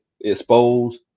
exposed